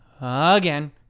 again